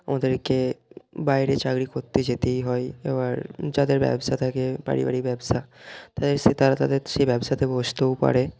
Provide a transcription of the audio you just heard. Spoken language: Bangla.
আমাদেরকে বাইরে চাকরি করতে যেতেই হয় এবার যাদের ব্যবসা থাকে পারিবারিক ব্যবসা তারা তাদের সেই ব্যবসাতে বসতেও পারে